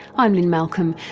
i'm lynne malcolm,